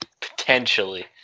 Potentially